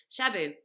Shabu